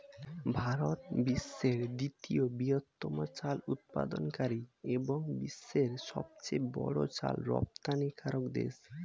ভারত বিশ্বের দ্বিতীয় বৃহত্তম চাল উৎপাদনকারী এবং বিশ্বের সবচেয়ে বড় চাল রপ্তানিকারক দেশ